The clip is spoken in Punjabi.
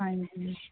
ਹਾਂਜੀ